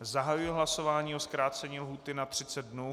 Zahajuji hlasování o zkrácení lhůty na 30 dnů.